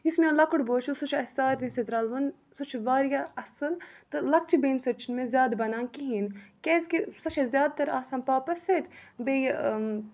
یُس مےٚ لۄکُٹ بوے چھُ سُہ چھُ اَسہِ سارزی سۭتۍ رَلوُن سُہ چھُ واریاہ اَصٕل تہٕ لَکچہِ بیٚنہِ سۭتۍ چھُنہٕ مےٚ زیادٕ بَنان کِہیٖنۍ کیٛازِکہِ سۄ چھےٚ زیادٕ تَر آسان پاپَس سۭتۍ بیٚیہِ